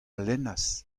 lennas